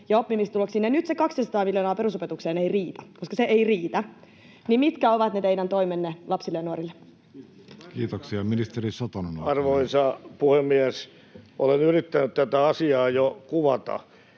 ja oppimistuloksiin? Ja nyt se 200 miljoonaa perusopetukseen ei riitä, koska se ei riitä. Mitkä ovat ne teidän toimenne lapsille ja nuorille? Kiitoksia. — Ministeri Satonen, olkaa hyvä. Arvoisa puhemies! Olen yrittänyt tätä asiaa jo kuvata.